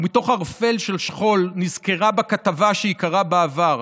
ומתוך ערפל של שכול היא נזכרה בכתבה שהיא קראה בעבר,